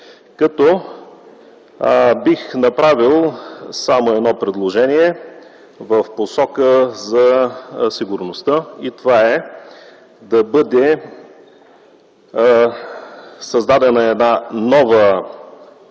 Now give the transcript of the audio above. Бих направил само едно предложение в посока за сигурността: да бъде създадена нова